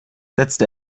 setzt